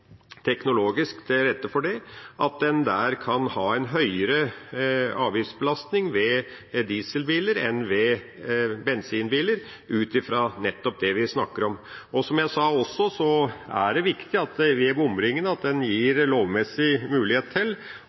teknologisk legger til rette for at en der kan ha en høyere avgiftsbelastning på dieselbiler enn på bensinbiler, ut ifra nettopp det vi snakker om. Som jeg også sa, er det viktig at en ved bomringene gir lovmessig mulighet til